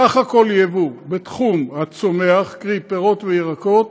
סך הכול יבוא בתחום הצומח, קרי פירות וירקות